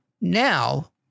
now